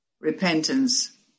repentance